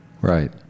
right